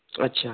اچھا